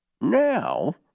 now